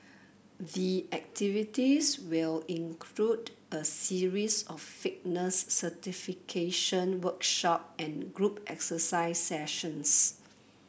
the activities will include a series of fitness certification workshop and group exercise sessions